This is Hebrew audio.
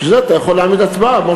בשביל זה אתה יכול להעמיד הצבעה על מה